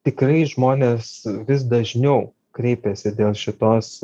tikrai žmonės vis dažniau kreipiasi dėl šitos